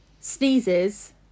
sneezes